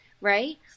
Right